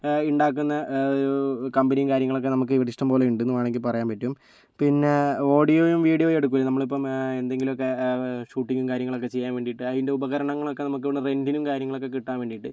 ഉണ്ടാക്കുന്ന ഒരു കമ്പനിയും കാര്യങ്ങളൊക്കെ നമുക്കിവിടെ ഇഷ്ടം പോലെ ഉണ്ടെന്ന് വേണമെങ്കിൽ പറയാൻ പറ്റും പിന്നെ ഓഡിയോയും വീഡിയോയും എടുക്കില്ലേ നമ്മളിപ്പോൾ എന്തെങ്കിലുമൊക്കെ ഷൂട്ടിങ്ങും കാര്യങ്ങളൊക്കെ ചെയ്യാൻ വേണ്ടിയിട്ട് അതിന്റെ ഉപകരണങ്ങൾ ഒക്കെ നമുക്ക് ഇവിടെ റെന്റിനും കാര്യങ്ങൾക്കൊക്കെ കിട്ടാൻ വേണ്ടിയിട്ട്